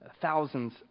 thousands